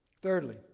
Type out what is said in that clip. Thirdly